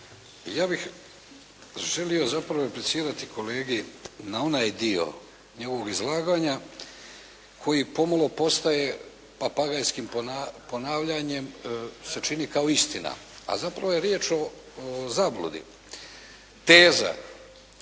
Ja bih želio zapravo replicirati kolegi na onaj dio njegovog izlaganja koji pomalo postaje papagajskim ponavljanjem se čini kao istina, a zapravo je riječ o zabludi. Teza